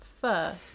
fur